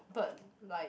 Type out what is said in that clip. but like